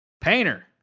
Painter